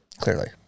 Clearly